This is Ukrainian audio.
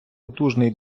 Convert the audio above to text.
потужний